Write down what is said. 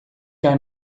cai